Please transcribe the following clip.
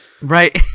Right